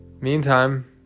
Meantime